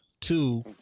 Two